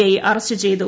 I arrest ചെയ്തു